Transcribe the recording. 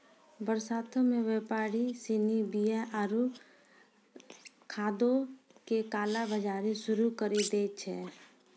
बरसातो मे व्यापारि सिनी बीया आरु खादो के काला बजारी शुरू करि दै छै